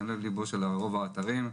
הוא לב לבו של רוב האתרים.